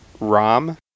rom